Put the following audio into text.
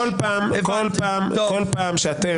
בכל פעם שאתם